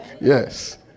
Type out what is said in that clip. Yes